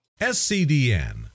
scdn